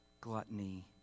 Gluttony